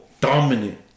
dominant